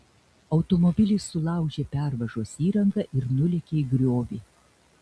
automobilis sulaužė pervažos įrangą ir nulėkė į griovį